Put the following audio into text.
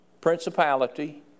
principality